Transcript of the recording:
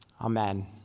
Amen